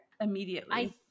immediately